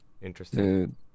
interesting